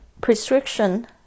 prescription